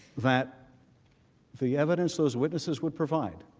that the evidence as witnesses would provide